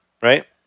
right